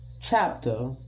chapter